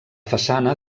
façana